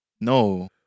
No